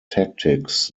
tactics